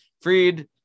Freed